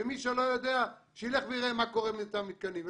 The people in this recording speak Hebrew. ומי שלא יודע שיילך ויראה מה קורה עם מצב המתקנים.